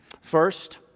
First